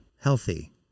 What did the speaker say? healthy